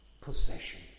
possession